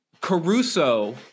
Caruso